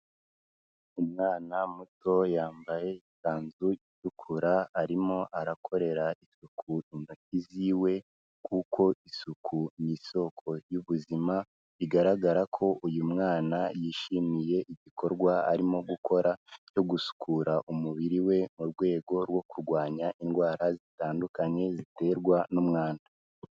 Umwana muto yambaye ikanzu itukura arimo arakorera isukura intoki ziwe kuko isuku nisoko y'ubuzima bigaragara ko uyu mwana yishimiye igikorwa arimo gukora cyo gusukura umubiri we mu rwego rwo kurwanya indwara zitandukanye ziterwa n'umwanda.